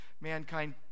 mankind